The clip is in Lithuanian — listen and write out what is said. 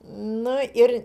nu ir